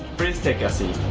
please take a seat.